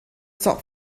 stop